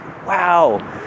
wow